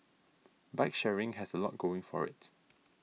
bike sharing has a lot going for it